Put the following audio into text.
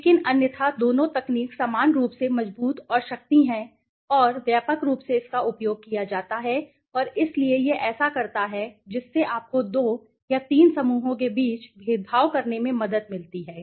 लेकिन अन्यथा दोनों तकनीक समान रूप से मजबूत और शक्ति हैं और व्यापक रूप से इसका उपयोग किया जाता है और इसलिए यह ऐसा करता है जिससे आपको 2 या 3 समूहों के बीच भेदभाव करने में मदद मिलती है